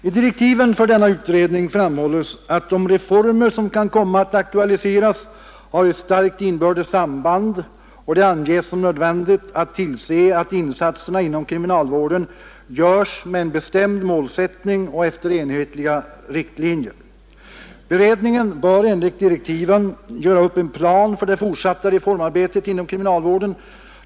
I direktiven för denna utredning framhålls att de reformer som kan komma att aktualiseras har ett starkt inbördes samband, och det anges som nödvändigt att tillse att insatserna inom kriminalvården görs med en bestämd målsättning och efter enhetliga riktlinjer. Beredningen bör enligt direktiven göra upp en plan för det fortsatta reformarbetet inom kriminalvården.